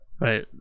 Right